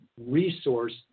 resource